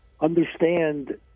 understand